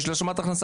יש לו השלמה הכנסה,